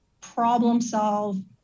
problem-solve